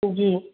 जी